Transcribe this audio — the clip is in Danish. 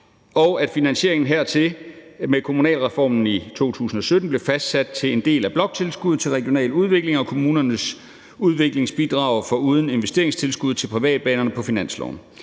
og at finansieringen hertil med kommunalreformen i 2007 blev fastsat til en del af bloktilskuddet til regional udvikling og kommunernes udviklingsbidrag foruden investeringstilskuddet til privatbanerne på finansloven.